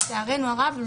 לצערנו הרב,